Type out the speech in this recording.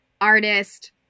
artist